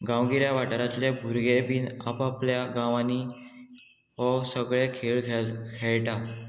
गांवगिऱ्या वाठारांतले भुरगे बीन आपआपल्या गांवांनी हो सगळे खेळ खेळ खेयटा